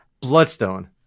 Bloodstone